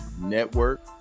network